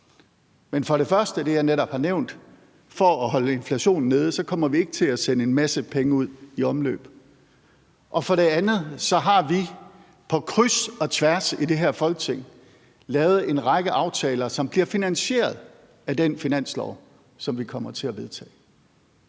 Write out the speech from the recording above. Men for det første, som jeg netop har nævnt, kommer vi for at holde inflationen nede ikke til at sende en masse penge ud i omløb. For det andet har vi på kryds og tværs i det her Folketing lavet en række aftaler, som bliver finansieret af den finanslov, som vi kommer til at vedtage.